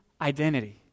identity